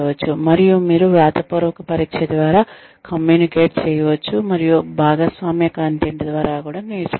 మరియు మీరు వ్రాతపూర్వక పరీక్ష ద్వారా కమ్యూనికేట్ చేయవచ్చు మరియు భాగస్వామ్య కంటెంట్ ద్వారా నేర్చుకోవచ్చు